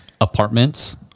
apartments